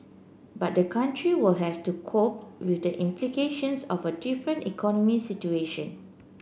but the country will have to cope with the implications of a different economic situation